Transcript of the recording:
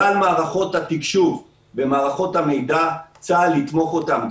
כלל מערכות התקשוב ומערכות המידע צה"ל יתמוך אותן,